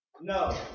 No